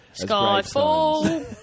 Skyfall